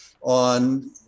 on